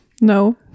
No